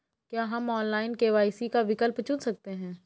क्या हम online KYC का विकल्प चुन सकते हैं?